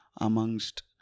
amongst